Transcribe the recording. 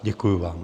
Děkuji vám.